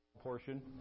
portion